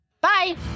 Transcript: Bye